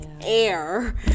air